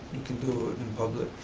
we can do it in public.